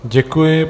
Děkuji.